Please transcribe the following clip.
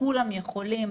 כולם יכולים.